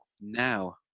now